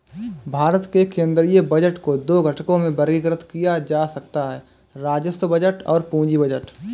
भारत के केंद्रीय बजट को दो घटकों में वर्गीकृत किया जा सकता है राजस्व बजट और पूंजी बजट